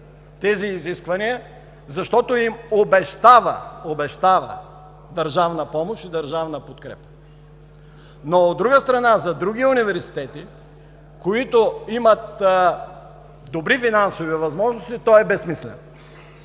тези изисквания, защото им обещава държавна помощ и държавна подкрепа. Но, от друга страна, за други университети, които имат добри финансови възможности, той е безсмислен,